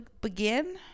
begin